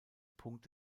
punkt